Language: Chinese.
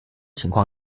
情况